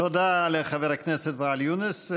תודה לחבר הכנסת ואאל יונס.